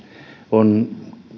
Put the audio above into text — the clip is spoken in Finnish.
on